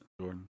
Jordan